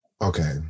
Okay